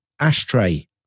ashtray